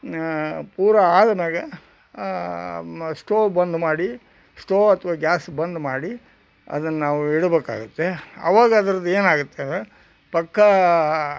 ಪೂರ ಆದ್ಮ್ಯಾಲೆ ಸ್ಟೋವ್ ಬಂದ್ ಮಾಡಿ ಸ್ಟೋವ್ ಅಥವಾ ಗ್ಯಾಸ್ ಬಂದ್ ಮಾಡಿ ಅದನ್ನು ನಾವು ಇಡಬೇಕಾಗುತ್ತೆ ಆವಾಗ ಅದರದ್ದು ಏನಾಗುತ್ತೆ ಅಂದರೆ ಪಕ್ಕ